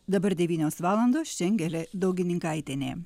dabar devynios valandos čia angelė daugininkaitienė